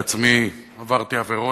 בעצמי עברתי עבירות,